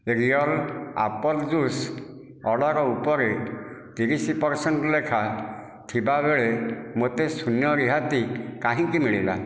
real apple juice order ଉପରେ ତିରିଶ percent ଲେଖା ଥିବାବେଳେ ମୋତେ ଶୂନ ରିହାତି କାହିଁକି ମିଳିଲା